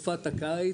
בתקופת הקיץ,